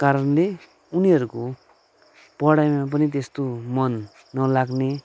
कारणले उनीहरूको पढाइमा पनि त्यस्तो मन नलाग्ने